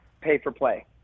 pay-for-play